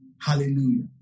Hallelujah